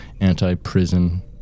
Anti-prison